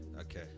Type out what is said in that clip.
Okay